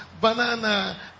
banana